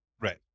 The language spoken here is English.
right